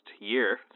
year